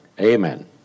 amen